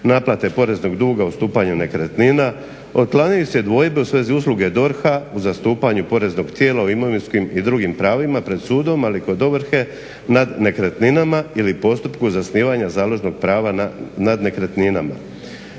naplate poreznog duga ustupanju nekretnina. Otklanjaju se i dvojbe u svezi usluge DORH-a u zastupanju poreznog tijela u imovinskim i drugim pravima pred sudom, ali kod ovrhe nad nekretninama ili postupku zasnivanja založnog prava nad nekretninama.